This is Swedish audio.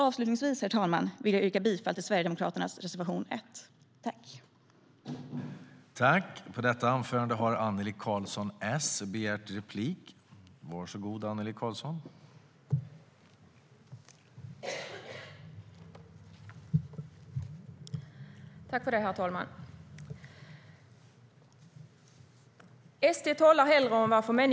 Avslutningsvis vill jag yrka bifall till Sverigedemokraternas reservation 1.